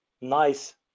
nice